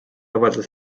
avaldas